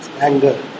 Anger